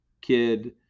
kid